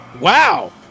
Wow